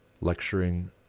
lecturing